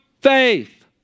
faith